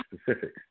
specifics